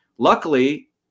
Luckily